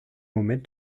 moment